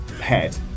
head